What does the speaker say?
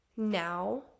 Now